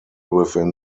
within